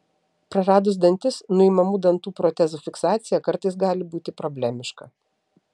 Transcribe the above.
praradus dantis nuimamų dantų protezų fiksacija kartais gali būti problemiška